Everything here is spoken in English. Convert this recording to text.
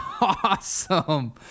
awesome